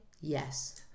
Yes